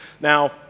Now